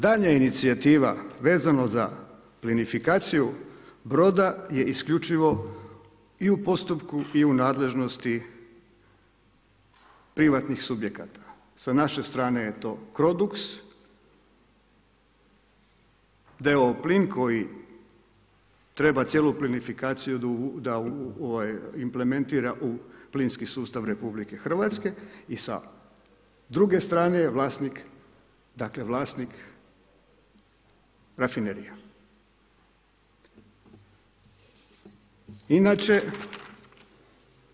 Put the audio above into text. Daljnja inicijativa vezano za plinifikaciju Broda je isključivo i u postupku i u nadležnosti privatnih subjekata, sa naše strane da je to Crodux da je ovo plin koji treba cijelu plinofikaciju da implementira u plinski sustav RH i sa druge strane je vlasnik, dakle, vlasnik rafinerija.